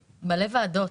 ועדות,